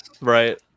right